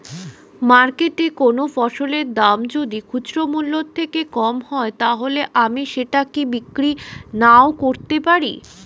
মার্কেটৈ কোন ফসলের দাম যদি খরচ মূল্য থেকে কম হয় তাহলে আমি সেটা কি বিক্রি নাকরতেও পারি?